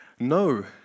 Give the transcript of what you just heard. No